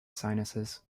sinuses